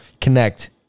connect